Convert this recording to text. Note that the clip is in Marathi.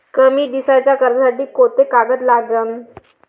कमी दिसाच्या कर्जासाठी कोंते कागद लागन?